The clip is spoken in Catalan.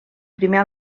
primer